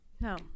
No